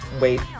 Wait